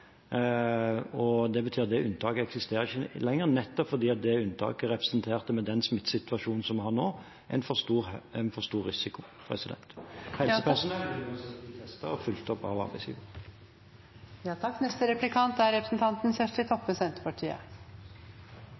og det betyr at det unntaket eksisterer ikke lenger nettopp fordi det unntaket representerte, med den smittesituasjonen som vi har nå, en for stor risiko. Helsepersonell vil uansett bli testet og fulgt opp av arbeidsgiver. Først har eg lyst til å seia at eg synest det er